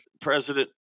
President